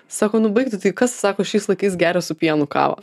sako nu baik tu tai kas sako šiais laikais geria su pienu kavą